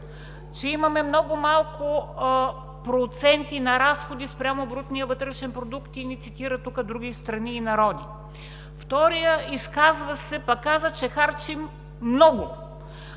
че имаме много малко проценти на разходи спрямо брутния вътрешен продукт и ни цитира други страни и народи. Вторият изказващ се пък каза, че харчим много.